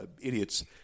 idiots